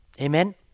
Amen